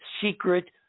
secret